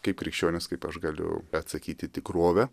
kaip krikščionis kaip aš galiu atsakyti į tikrovę